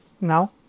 now